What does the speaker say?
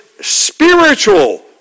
spiritual